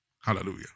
Hallelujah